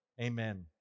amen